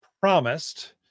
promised